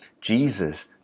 Jesus